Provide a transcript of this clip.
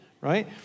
right